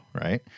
right